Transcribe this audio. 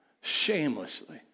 shamelessly